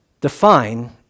define